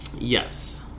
Yes